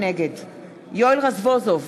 נגד יואל רזבוזוב,